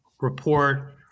report